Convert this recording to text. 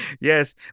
Yes